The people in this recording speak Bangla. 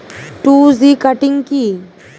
টু জি কাটিং কি?